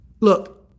Look